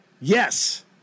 Yes